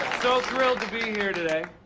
so thrilled to be here today.